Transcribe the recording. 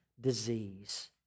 disease